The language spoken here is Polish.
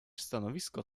stanowisko